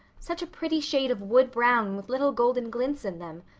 such a pretty shade of wood-brown with little golden glints in them.